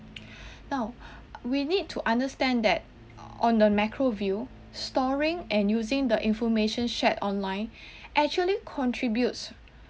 now we need to understand that on a macro view storing and using the information shared online actually contributes